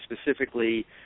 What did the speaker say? specifically